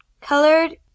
colored